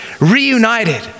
reunited